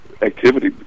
Activity